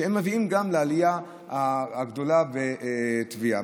שמביא גם לעלייה גדולה במספר טביעות.